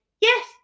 yes